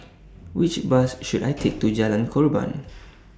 Which Bus should I Take to Jalan Korban